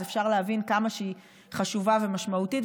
אז אפשר להבין כמה היא חשובה ומשמעותית,